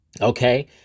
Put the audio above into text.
Okay